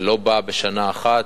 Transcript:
זה לא בא בשנה אחת,